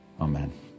Amen